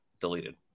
deleted